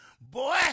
Boy